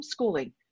homeschooling